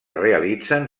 realitzen